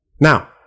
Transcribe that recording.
Now